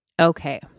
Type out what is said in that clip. Okay